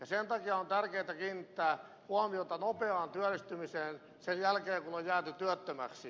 sen takia on tärkeätä kiinnittää huomiota nopeaan työllistymiseen sen jälkeen kun on jääty työttömäksi